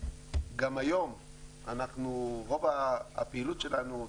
גם היום רוב הפעילות שלנו,